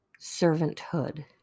servanthood